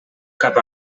cap